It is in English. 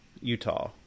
Utah